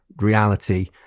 reality